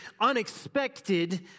unexpected